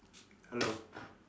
hello